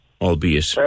albeit